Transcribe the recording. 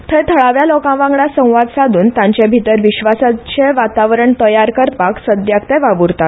थंय थळाव्या लोकां वांगडा संवाद सादून तांचे भितर विश्वासाचे वातावरण तयार करपाक सध्याक ते वावुरतात